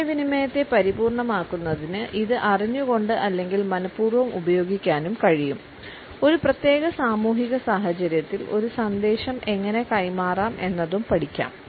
ആശയവിനിമയത്തെ പരിപൂർണ്ണമാക്കുന്നതിന് ഇത് അറിഞ്ഞുകൊണ്ട് അല്ലെങ്കിൽ മനപൂർവ്വം ഉപയോഗിക്കാനും കഴിയും ഒരു പ്രത്യേക സാമൂഹിക സാഹചര്യത്തിൽ ഒരു സന്ദേശം എങ്ങനെ കൈമാറാം എന്നതും പഠിക്കാം